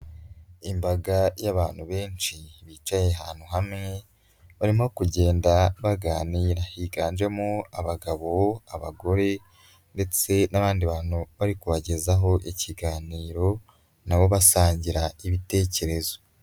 Imbaga y'abantu benshi bicaye ahantu hamwe barimo kugenda baganira higanjemo abagabo, abagore ndetse n'abandi bantu bari kubagezaho ikiganiro na bo basangira ibitekerezo.